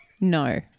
No